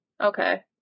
Okay